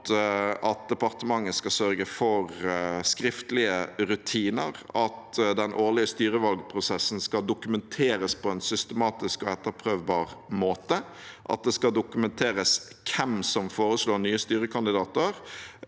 at departementene skal sørge for skriftlige rutiner, at den årlige styrevalgprosessen skal dokumenteres på en systematisk og etterprøvbar måte, at det skal dokumenteres hvem som foreslår nye styrekandidater,